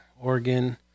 Oregon